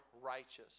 righteous